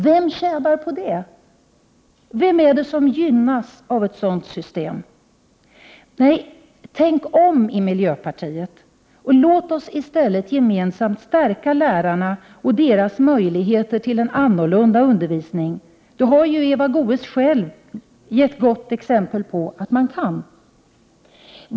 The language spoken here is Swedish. Vem tjänar på det? Vem är det som gynnas av ett sådant system? Nej, tänk om i miljöpartiet! Låt oss i stället gemensamt stärka lärarna och deras möjligheter till en annan undervisning! Att man kan göra det har ju Eva Goés själv gett ett gott exempel på.